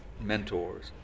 mentors